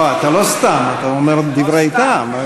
אתה לא סתם, אתה אומר דברי טעם.